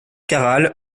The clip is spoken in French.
caral